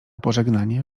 pożegnanie